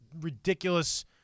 ridiculous –